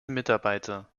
mitarbeiter